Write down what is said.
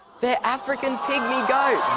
they're african pygmy goats.